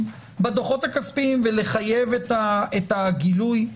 בדוחות הכספיים ולחייב את הגילוי.